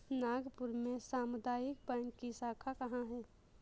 नागपुर में सामुदायिक बैंक की शाखा कहाँ है?